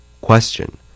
Question